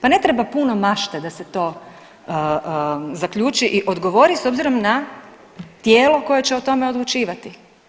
Pa ne treba puno mašte da se to zaključi i odgovori s obzirom na tijelo koje će o tome odlučivati.